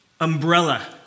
umbrella